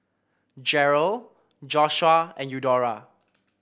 Jerold Joshuah and Eudora